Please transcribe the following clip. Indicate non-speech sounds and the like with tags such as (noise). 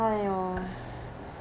(noise)